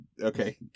okay